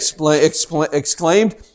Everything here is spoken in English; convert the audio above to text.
exclaimed